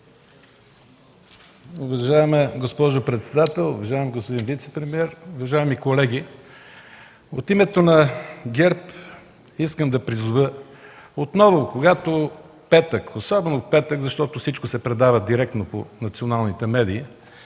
Уважаема госпожо председател, уважаеми господин вицепремиер, уважаеми колеги! От името на ГЕРБ искам да призова – петък, когато всичко се предава директно по националните медии,